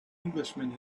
englishman